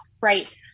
right